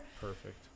perfect